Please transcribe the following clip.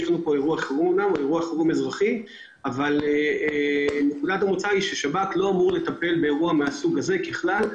אבל כן רצינו להגיע לכנסת.